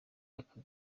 ako